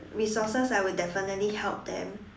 resources I would definitely help them